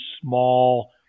small